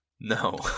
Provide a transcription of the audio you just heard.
no